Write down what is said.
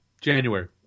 January